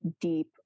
deep